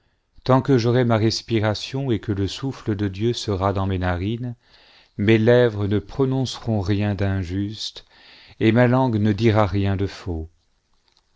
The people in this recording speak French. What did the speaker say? tant que j'aurai ma respiration et que le souffle df dieu sera dans mes narines mes lèvres ne prononceront rien d'injuste et ma langue ne dira rien de faux